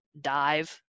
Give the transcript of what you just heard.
dive